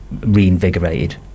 reinvigorated